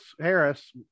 Harris